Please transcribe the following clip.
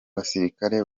basirikare